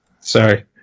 Sorry